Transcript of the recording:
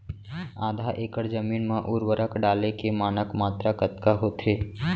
आधा एकड़ जमीन मा उर्वरक डाले के मानक मात्रा कतका होथे?